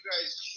guys